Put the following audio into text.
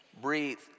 breathe